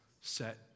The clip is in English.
Set